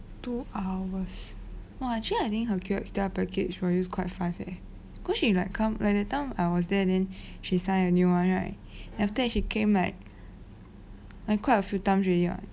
two hours !wah! actually I think her Q_S_T_L package will use quite fast eh cause she like come like that time I was there then she sign a new one right then after that she came like like quite a few times already [what]